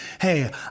Hey